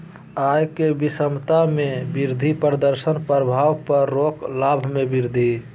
आय के विषमता में वृद्धि प्रदर्शन प्रभाव पर रोक लाभ में वृद्धि